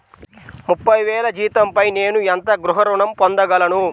ముప్పై వేల జీతంపై నేను ఎంత గృహ ఋణం పొందగలను?